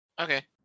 Okay